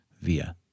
via